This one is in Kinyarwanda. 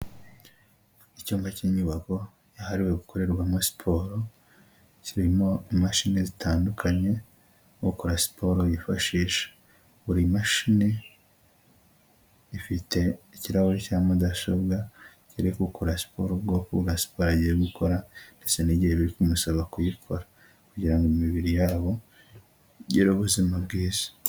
Icyumba cy'inyubako yahariwe gukorerwamo siporo, kirimo imashini zitandukanye ukora siporo yifashisha, buri mashini ifite ikirahure cya mudasobwa, kereka ukora siporo ubwoko bwa siporo agiye gukora ndetse n'igihe biri kumusaba kuyikora kugira ngo imibiri yabo igire ubuzima bwiza.